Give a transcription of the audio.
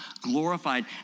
glorified